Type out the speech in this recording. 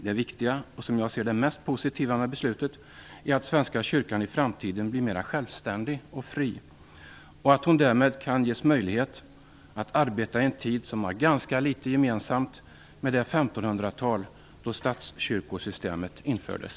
Det viktiga och mest positiva med beslutet, som jag ser det, är att Svenska kyrkan i framtiden blir mera självständig och fri och att hon därmed kan ges möjlighet att arbeta, i en tid som har ganska litet gemensamt med det 1500-tal då statskyrkosystemet infördes.